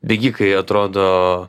bėgikai atrodo